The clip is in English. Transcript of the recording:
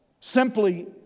simply